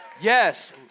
Yes